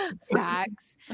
Facts